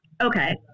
okay